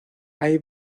hay